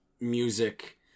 music